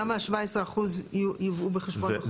למה ה-17% יובאו בחשבון?